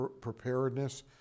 preparedness